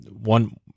one